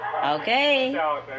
Okay